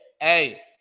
Hey